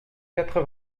quatre